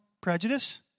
prejudice